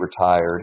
retired